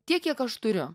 tiek kiek aš turiu